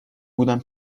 بودم